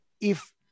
if-